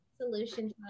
Solution